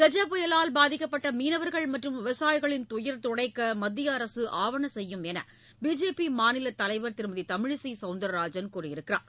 கஜா புயலால் பாதிக்கப்பட்ட மீனவர்கள் மற்றும் விவசாயிகளின் துயர் துடைக்க மத்திய அரசு ஆவன செய்யும் என பிஜேபி மாநிலத் தலைவர் திருமதி தமிழிசை சவுந்தரராஜன் தெரிவித்துள்ளார்